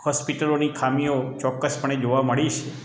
હોસ્પિટલોની ખામીઓ ચોક્કસ પણે જોવા મળીશ